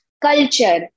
culture